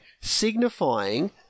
signifying